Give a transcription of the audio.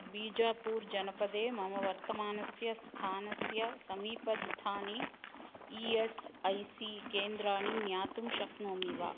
बीजापूरजनपदे मम वर्तमानस्य स्थानस्य समीपस्थानि ई एस् ऐ सी केन्द्राणि ज्ञातुं शक्नोमि वा